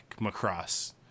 macross